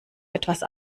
etwas